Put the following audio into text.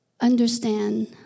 understand